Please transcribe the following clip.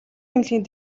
эмнэлгийн